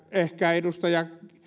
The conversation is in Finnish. ehkä edustaja